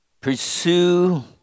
pursue